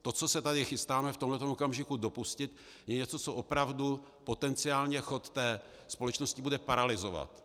To, co se tady chystáme v tomto okamžiku dopustit, je něco, co opravdu potenciálně chod té společnosti bude paralyzovat.